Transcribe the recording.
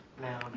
Now